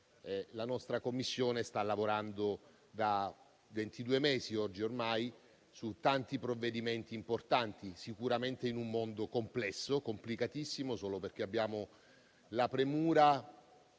la nostra Commissione stanno ormai lavorando da ventidue mesi su tanti provvedimenti importanti, sicuramente in un mondo complesso e complicatissimo, solo perché abbiamo la premura